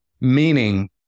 meaning